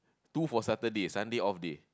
two for Saturday Sunday off day